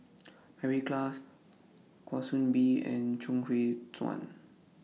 Mary Klass Kwa Soon Bee and Chuang Hui Tsuan